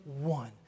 one